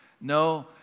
No